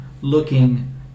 looking